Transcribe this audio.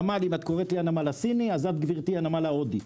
אם את קוראת לי הנמל הסיני, את הנמל ההודי.